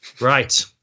Right